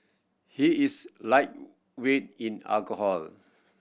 he is lightweight in alcohol